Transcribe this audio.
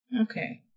Okay